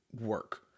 work